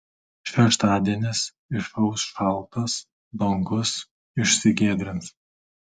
šeštadienis išauš šaltas dangus išsigiedrins